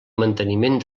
manteniment